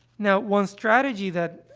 now, one strategy that,